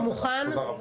תודה רבה.